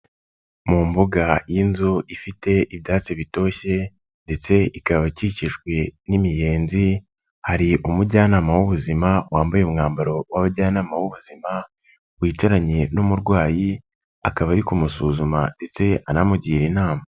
Mu mbuga y'inzu ifite ibyatsi bitoshye ndetse ikaba ikikijwe n'imiyenzi, hari umujyanama w'ubuzima wambaye umwambaro w'abajyanama b'ubuzima, wicaranye n'umurwayi akaba ari kumusuzuma ndetse anamugira inama.